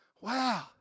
wow